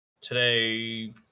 today